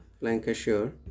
Lancashire